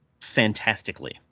fantastically